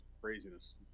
craziness